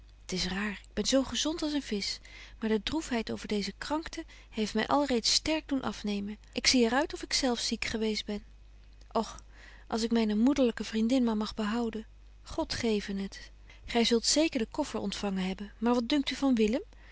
t is raar ik ben zo gezont als een visch maar de droefheid over deeze krankte heeft my alreeds sterk doen afnemen ik zie er uit of ik zelf ziek geweest ben och als ik myne moederlyke vriendin maar mag behouden god geve het gy zult zeker de koffer ontfangen hebben maar wat dunkt u van willem